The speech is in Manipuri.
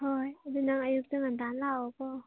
ꯍꯣꯏ ꯑꯗꯣ ꯅꯪ ꯑꯌꯨꯛꯇ ꯉꯟꯇꯥ ꯂꯥꯛꯑꯣꯀꯣ